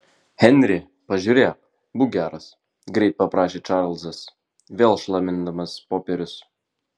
henri pažiūrėk būk geras greit paprašė čarlzas vėl šlamindamas popierius